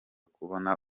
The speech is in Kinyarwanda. kubana